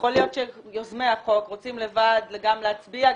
יכול להיות שיוזמי החוק רוצים לבד גם להצביע,